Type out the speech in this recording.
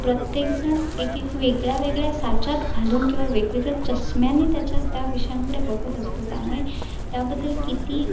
प्रत्येकजण एकेक वेगळ्या वेगळ्या साच्यात घालून किंवा वेगवेगळ्या चष्म्याने त्याच्या त्या विषयांकडे बघत असतो त्यामुळे त्याबद्दल किती